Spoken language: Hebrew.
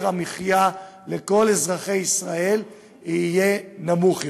המחיה לכל אזרחי ישראל יהיה נמוך יותר.